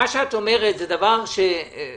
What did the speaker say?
מה שאת אומרת זה דבר בסדר,